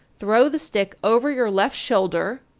throw the stick over your left shoulder,